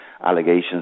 allegations